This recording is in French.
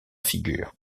figure